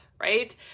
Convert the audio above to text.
right